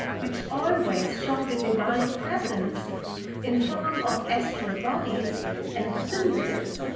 which always show the divine presence in form of astral bodies and symbols.